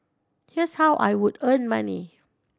here's how I would earn money